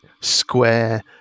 Square